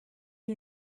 you